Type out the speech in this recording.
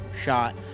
shot